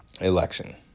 election